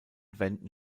wänden